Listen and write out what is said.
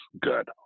good